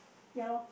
ya lor